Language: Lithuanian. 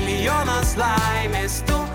milijonas laimės tu